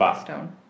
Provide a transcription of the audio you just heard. Stone